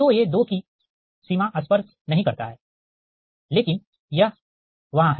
तो ये 2 की सीमा स्पर्श नहीं करता है लेकिन यह वहाँ है